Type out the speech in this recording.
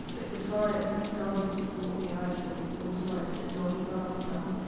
if the science doesn't support the argument or the science is not advanced enough,